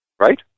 right